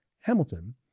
Hamilton